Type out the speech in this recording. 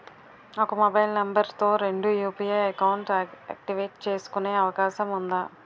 ఒక mobile number తో రెండు యు.పి.ఐ అకౌంట్స్ యాక్టివేట్ చేసుకునే అవకాశం వుందా?